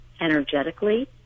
energetically